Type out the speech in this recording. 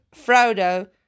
Frodo